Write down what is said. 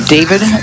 David